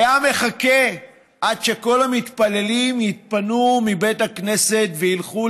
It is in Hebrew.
היה מחכה עד שכל המתפללים יתפנו מבית הכנסת וילכו